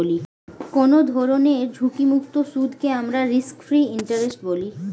কোনো ধরনের ঝুঁকিমুক্ত সুদকে আমরা রিস্ক ফ্রি ইন্টারেস্ট বলি